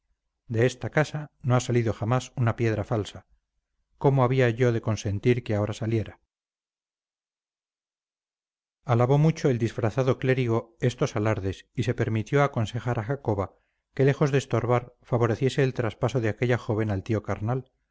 de esta casa no ha salido jamás una piedra falsa cómo había yo de consentir que ahora saliera alabó mucho el disfrazado clérigo estos alardes y se permitió aconsejar a jacoba que lejos de estorbar favoreciese el traspaso de aquella joven al tío carnal